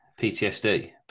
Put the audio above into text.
PTSD